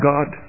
God